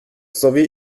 sowie